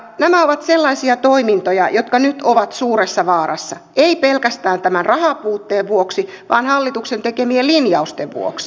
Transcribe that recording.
nämä ovat sellaisia toimintoja jotka nyt ovat suuressa vaarassa ei pelkästään tämän rahan puutteen vuoksi vaan hallituksen tekemien linjausten vuoksi